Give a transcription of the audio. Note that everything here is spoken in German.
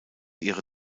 ihre